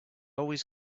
always